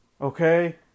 Okay